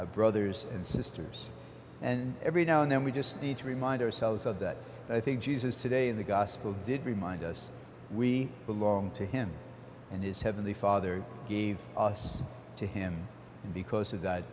brothers and sisters and every now and then we just need to remind ourselves of that i think jesus today in the gospel did remind us we belong to him and his heavenly father gave us to him because of